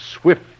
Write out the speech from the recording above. Swift